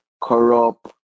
Corrupt